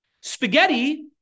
Spaghetti